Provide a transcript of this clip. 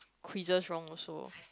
quizzes wrong also